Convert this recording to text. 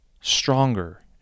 stronger